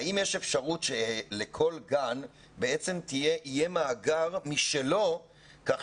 האם יש אפשרות שלכל גן בעצם יהיה מאגר משלו כך